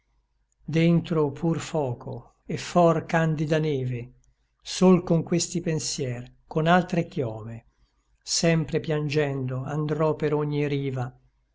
dentro pur foco et for candida neve sol con questi pensier con altre chiome sempre piangendo andrò per ogni riva